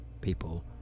people